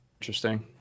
Interesting